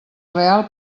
real